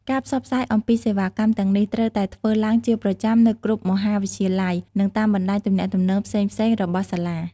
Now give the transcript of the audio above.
ការផ្សព្វផ្សាយអំពីសេវាកម្មទាំងនេះត្រូវតែធ្វើឡើងជាប្រចាំនៅគ្រប់មហាវិទ្យាល័យនិងតាមបណ្ដាញទំនាក់ទំនងផ្សេងៗរបស់សាលា។